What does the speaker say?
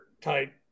type